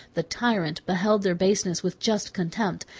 the tyrant beheld their baseness with just contempt,